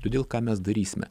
todėl ką mes darysime